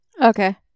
Okay